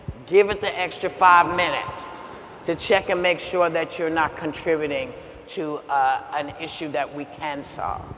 give it the extra five minutes to check and make sure that you're not contributing to an issue that we can solve.